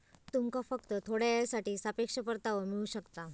तुमका फक्त थोड्या येळेसाठी सापेक्ष परतावो मिळू शकता